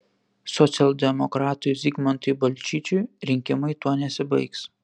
socialdemokratui zigmantui balčyčiui rinkimai tuo nesibaigs